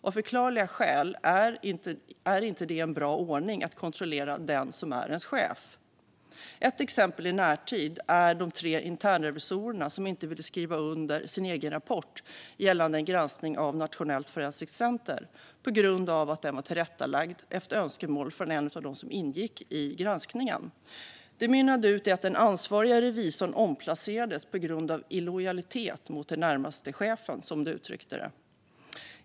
Av förklarliga skäl är det inte en bra ordning att kontrollera den som är ens chef. Ett exempel i närtid är de tre internrevisorerna som inte ville skriva under sin egen rapport gällande en granskning av Nationellt forensiskt centrum på grund av att den var tillrättalagd efter önskemål från en av dem som ingick i granskningen. Det mynnade ut i att den ansvarige revisorn omplacerades på grund av illojalitet mot den närmaste chefen, som det uttrycktes.